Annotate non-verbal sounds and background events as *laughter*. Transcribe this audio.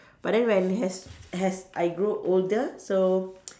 but then when as as I grew older so *noise*